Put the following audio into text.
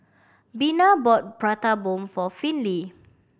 Bina bought Prata Bomb for Finley